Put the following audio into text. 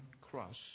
cross